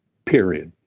period